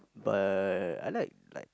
but I like like